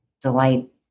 delight